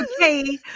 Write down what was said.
okay